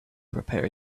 prepare